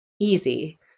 easy